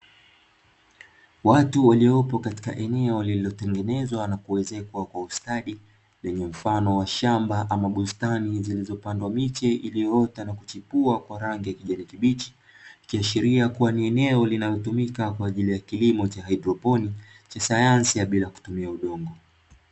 Watu waliopo katika eneo walilotengenezwa na kuwezeshwa kwa ustadi, lenye mfano wa shamba ama bustani zilizopandwa miche iliyoota na kuchipua kwa rangi ya kijani kibichi, ikiashiria kuwa ni eneo linalotumika kwa ajili ya kilimo cha haidroponi cha sayansi bila kutumia udongo.